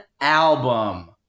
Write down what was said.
album